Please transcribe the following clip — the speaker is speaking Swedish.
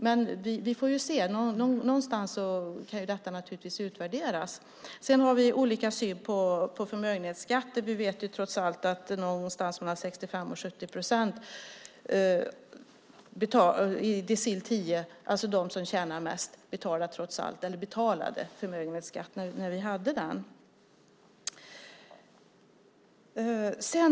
Men vi får väl se, detta kan ju naturligtvis utvärderas. Vi har olika syn på förmögenhetsskatten. Vi vet trots allt att det var någonstans mellan 65 och 70 procent i decil 10, alltså de som tjänar mest, som betalade förmögenhetsskatt när vi hade den.